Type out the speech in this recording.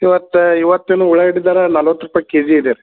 ಇವತ್ತು ಇವತ್ತಿನ ಉಳ್ಳಾಗಡ್ಡಿ ದರ ನಲವತ್ತು ರೂಪಾಯಿ ಕೆಜಿ ಇದೆ